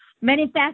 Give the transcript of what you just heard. manifest